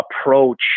approach